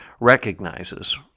recognizes